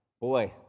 boy